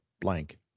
blank